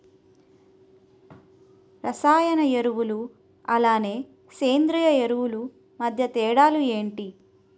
రసాయన ఎరువులు అలానే సేంద్రీయ ఎరువులు మధ్య తేడాలు ఏంటి?